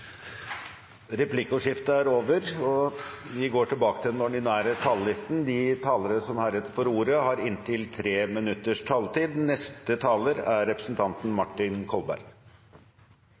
Replikkordskiftet er over. De talere som heretter får ordet, har en taletid på inntil 3 minutter. Det er